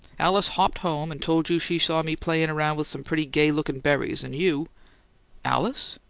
alice hopped home and told you she saw me playin' around with some pretty gay-lookin' berries and you alice?